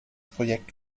projekt